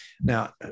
now